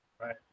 right